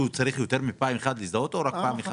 הוא צריך יותר מפעם אחת להזדהות או יותר מפעם אחת?